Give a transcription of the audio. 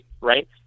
Right